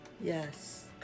Yes